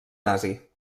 nazi